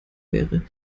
wäre